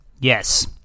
Yes